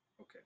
Okay